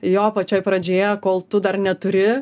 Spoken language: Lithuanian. jo pačioj pradžioje kol tu dar neturi